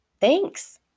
Thanks